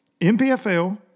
MPFL